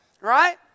right